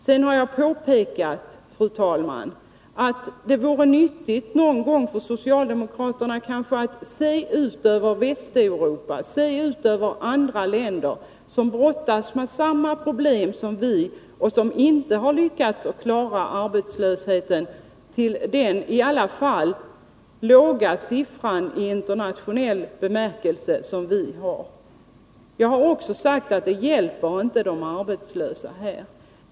Sedan har jag, fru talman, påpekat att det vore nyttigt för socialdemokraterna att någon gång se ut över Västeuropa och andra länder som brottas med samma problem som vi och som inte lyckats att klara arbetslösheten till den vid en internationell jämförelse låga siffra som vi har. Jag har också sagt att det inte hjälper våra arbetslösa.